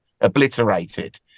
obliterated